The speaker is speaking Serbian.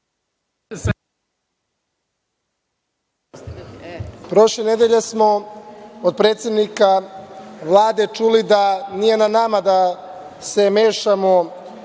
Prošle nedelje smo od predsednika Vlade čuli da nije na nama da se mešamo